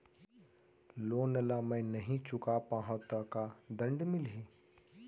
Loan ला मैं नही चुका पाहव त का दण्ड मिलही?